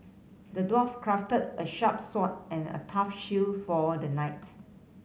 the dwarf crafted a sharp sword and a tough shield for the knight